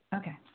okay